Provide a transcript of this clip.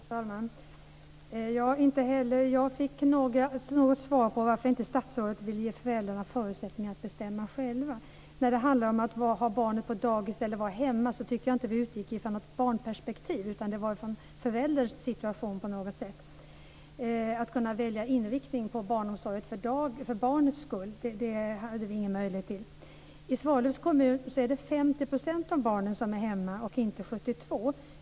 Fru talman! Inte heller jag fick något svar på varför statsrådet inte vill ge föräldrarna förutsättningar att bestämma själva. När det handlar om att ha barnet på dagis eller att vara hemma tycker jag inte att vi utgick från något barnperspektiv utan snarare på något sätt från förälderns situation. Att välja inriktning på barnomsorgen för barnets skull hade vi ingen möjlighet till. Skolministern sade att 72 % av barnen är i verksamheten, men i Svallövs kommun är 50 % av barnen hemma.